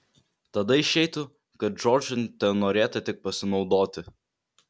tada išeitų kad džordžu tenorėta tik pasinaudoti